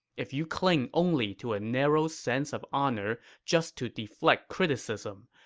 if you cling only to a narrow sense of honor just to deflect criticism,